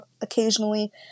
occasionally